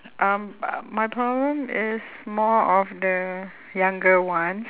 um my problem is more of the younger ones